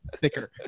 thicker